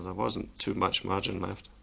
and wasn't too much margin left.